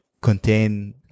contain